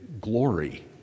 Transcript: glory